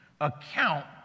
account